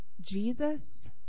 Jesus